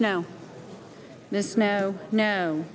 know this no no